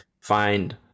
find